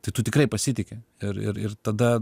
tai tu tikrai pasitiki ir ir ir tada